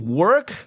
work